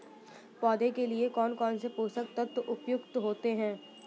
पौधे के लिए कौन कौन से पोषक तत्व उपयुक्त होते हैं?